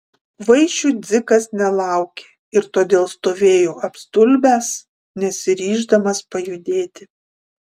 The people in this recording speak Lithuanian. vaišių dzikas nelaukė ir todėl stovėjo apstulbęs nesiryždamas pajudėti